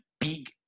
big